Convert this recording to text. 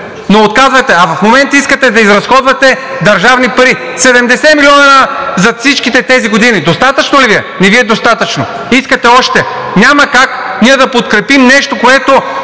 но отказвахте. А в момента искате да изразходвате държавни пари. 70 милиона за всичките тези години достатъчно ли Ви е? Не Ви е достатъчно, искате още. Няма как ние да подкрепим нещо, което...